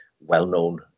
well-known